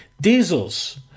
diesels